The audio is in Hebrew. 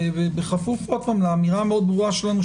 בכפוף לאמירה המאוד ברורה שלנו,